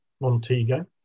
Montego